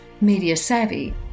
media-savvy